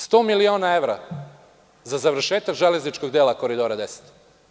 Sto miliona evra za završetak železničkog dela Koridora 10.